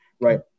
right